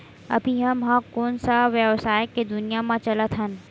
अभी हम ह कोन सा व्यवसाय के दुनिया म चलत हन?